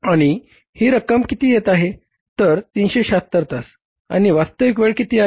आणि ही रक्कम किती येते तर 376 तास आणि वास्तविक वेळ किती आहे